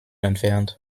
entfernt